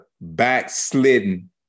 backslidden